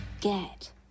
Get